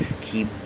keep